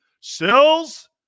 Sills